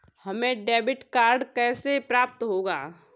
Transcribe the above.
हमें debit card कैसे प्राप्त होगा?